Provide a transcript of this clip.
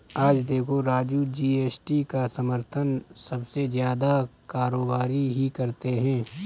आज देखो राजू जी.एस.टी का समर्थन सबसे ज्यादा कारोबारी ही करते हैं